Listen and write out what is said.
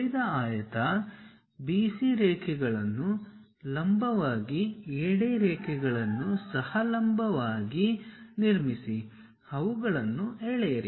ಉಳಿದ ಆಯತ BC ರೇಖೆಗಳನ್ನು ಲಂಬವಾಗಿ AD ರೇಖೆಗಳನ್ನು ಸಹ ಲಂಬವಾಗಿ ನಿರ್ಮಿಸಿ ಅವುಗಳನ್ನು ಎಳೆಯಿರಿ